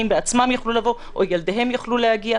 בעצמם ויכלו לבוא או ילדיהם יכלו להגיע.